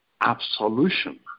absolution